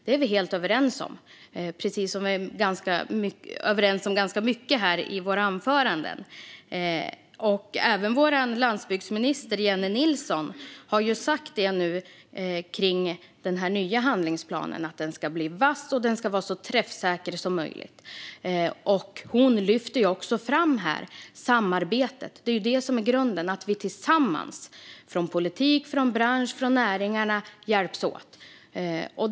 Det är vi helt överens om, precis som vi är överens om ganska mycket i våra anföranden. Även vår landsbygdsminister Jennie Nilsson har sagt att den nya handlingsplanen ska bli vass och vara så träffsäker som möjligt. Hon lyfter också fram samarbetet. Det är det som är grunden, alltså att vi tillsammans - från politiken, branschen och näringarna - hjälps åt.